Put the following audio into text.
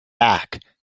back